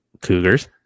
Cougars